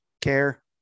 care